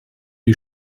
die